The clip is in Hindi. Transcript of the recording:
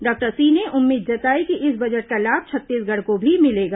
डॉक्टर सिंह ने उम्मीद जताई कि इस बजट का लाभ छत्तीसगढ़ को भी मिलेगा